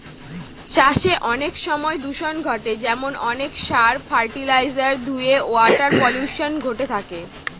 চাষে অনেক সময় দূষন ঘটে যেমন অনেক সার, ফার্টিলাইজার ধূয়ে ওয়াটার পলিউশন ঘটে থাকে